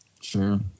Sure